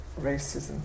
racism